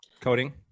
coding